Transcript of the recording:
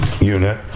unit